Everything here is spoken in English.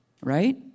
Right